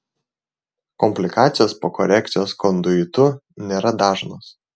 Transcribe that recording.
komplikacijos po korekcijos konduitu nėra dažnos